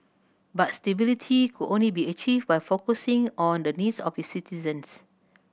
but stability could only be achieved by focusing on the needs of its citizens